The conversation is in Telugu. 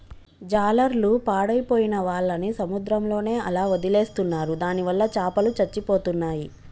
జాలర్లు పాడైపోయిన వాళ్ళని సముద్రంలోనే అలా వదిలేస్తున్నారు దానివల్ల చాపలు చచ్చిపోతున్నాయి